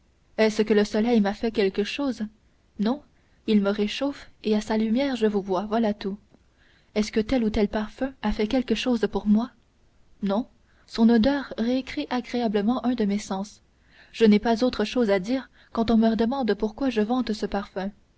est-ce que le soleil m'a fait quelque chose non il me réchauffe et à sa lumière je vous vois voilà tout est-ce que tel ou tel parfum a fait quelque chose pour moi non son odeur récrée agréablement un de mes sens je n'ai pas autre chose à dire quand on me demande pourquoi je vante ce parfum